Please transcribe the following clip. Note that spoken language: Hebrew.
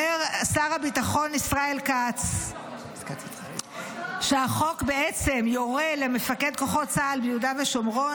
אומר שר הביטחון ישראל כץ שהחוק בעצם יורה למפקד כוחות צה"ל ביהודה ושומרון